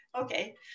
okay